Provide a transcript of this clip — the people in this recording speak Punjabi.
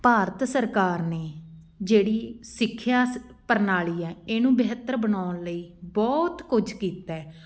ਭਾਰਤ ਸਰਕਾਰ ਨੇ ਜਿਹੜੀ ਸਿੱਖਿਆ ਸ ਪ੍ਰਣਾਲੀ ਹੈ ਇਹਨੂੰ ਬਿਹਤਰ ਬਣਾਉਣ ਲਈ ਬਹੁਤ ਕੁਝ ਕੀਤਾ